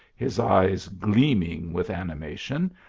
his eyes gleaming with animation